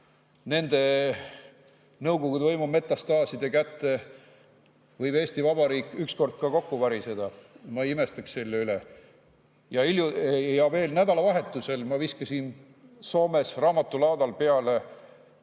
nende Nõukogude võimu metastaaside tõttu võib Eesti Vabariik ükskord kokku variseda, ma ei imestaks selle üle. Nädalavahetusel ma viskasin Soomes raamatulaadal